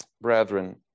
brethren